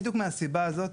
בדיוק מהסיבה הזו,